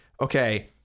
okay